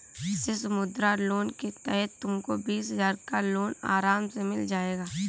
शिशु मुद्रा लोन के तहत तुमको बीस हजार का लोन आराम से मिल जाएगा